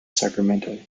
sacramento